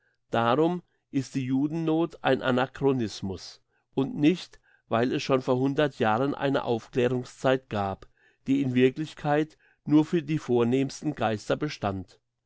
darum ist die judennoth ein anachronismus und nicht weil es schon vor hundert jahren eine aufklärungszeit gab die in wirklichkeit nur für die vornehmsten geister bestand